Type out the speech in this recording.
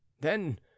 Then